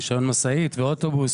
רישיון משאית ואוטובוס.